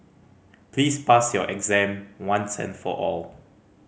please pass your exam once and for all